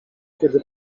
kiedy